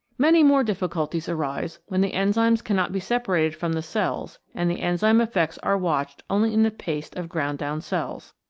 many more difficulties arise when the enzymes cannot be separated from the cells and the enzyme effects are watched only in the paste of ground down cells.